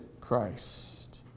Christ